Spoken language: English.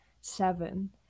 seven